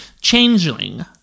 Changeling